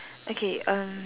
okay um